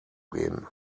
gehen